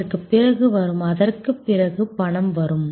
அதற்குப் பிறகு வரும் அதற்குப் பிறகு பணம் வரும்